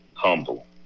humble